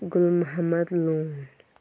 گُل Mohammad لون